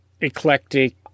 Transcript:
eclectic